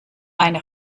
eine